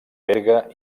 berga